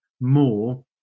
more